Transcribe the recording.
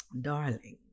darling